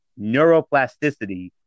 neuroplasticity